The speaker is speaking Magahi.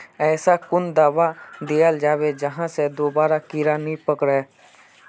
ऐसा कुन दाबा दियाल जाबे जहा से दोबारा कीड़ा नी पकड़े?